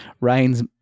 Ryan's